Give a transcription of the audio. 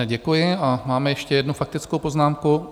Děkuji a máme ještě jednu faktickou poznámku.